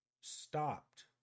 Stopped